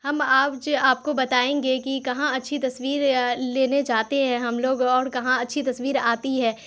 ہم آپ آپ کو بتائیں گے کہ کہاں اچھی تصویر لینے جاتے ہیں ہم لوگ اور کہاں اچھی تصویر آتی ہے